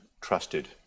trusted